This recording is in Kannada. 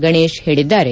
ಗಣೇಶ್ ಹೇಳಿದ್ದಾರೆ